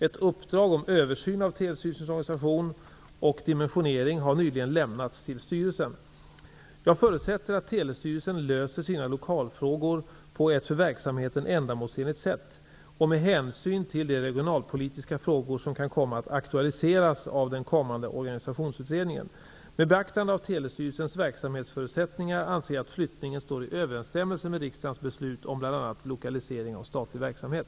Ett uppdrag om översyn av Telestyrelsens organisation och dimensionering har nyligen lämnats till styrelsen. Jag förutsätter att Telestyrelsen löser sina lokalfrågor på ett för verksamheten ändamålsenligt sätt och med hänsyn till de regionalpolitiska frågor som kan komma att aktualiseras av den kommande organisationsutredningen. Med beaktande av Telestyrelsens verksamhetsförutsättningar anser jag att flyttningen står i överensstämmelse med riksdagens beslut om bl.a. lokalisering av statlig verksamhet.